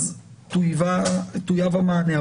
יש מענה.